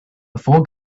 before